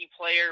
player